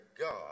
God